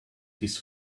his